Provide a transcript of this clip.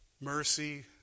mercy